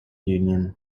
union